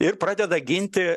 ir pradeda ginti